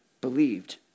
believed